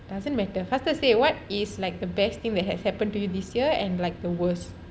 doesn't matter faster say what is like the best thing that has happen to you this year and like the worst